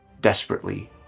Desperately